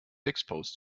exposed